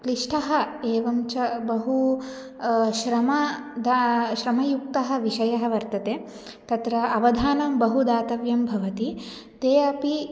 क्लिष्टः एवं च बहु श्रमदा श्रमयुक्तः विषयः वर्तते तत्र अवधानं बहु दातव्यं भवति ते अपि